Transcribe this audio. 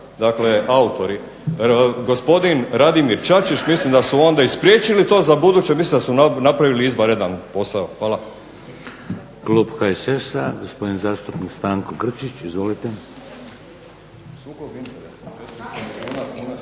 dakle autori, gospodin RAdimir Čačić mislim da su onda i spriječili to za ubuduće, mislim da su napravili izvanredan posao. Hvala.